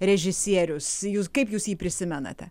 režisierius jus kaip jūs jį prisimenate